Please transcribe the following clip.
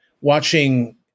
watching